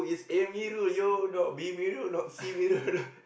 Amirul you not B Mirul not C Mirul